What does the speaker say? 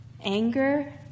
anger